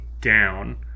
down